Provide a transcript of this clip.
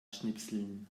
schnipseln